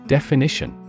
Definition